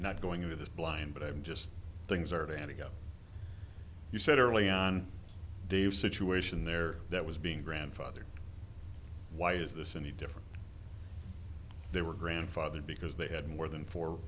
not going into this blind but i'm just things are going to go you said early on dave situation there that was being grandfather why is this in the different they were grandfathered because they had more than four